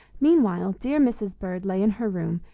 meanwhile dear mrs. bird lay in her room,